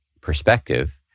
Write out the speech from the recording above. perspective